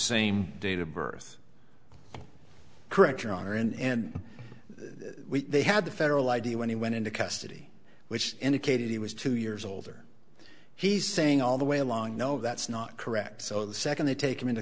same date of birth correct your honor and they had the federal id when he went into custody which indicated he was two years older he's saying all the way along no that's not correct so the second they take him into